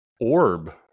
orb